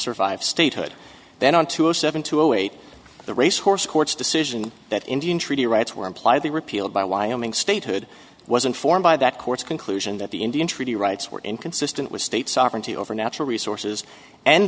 survive statehood then on to a seven to eight the racehorse court's decision that indian treaty rights were imply they repealed by wyoming statehood was informed by that court's conclusion that the indian treaty rights were inconsistent with state sovereignty over natural resources and